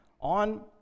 on